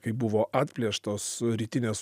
kai buvo atplėštos rytinės